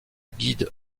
guide